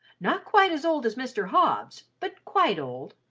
not quite as old as mr. hobbs, but quite old.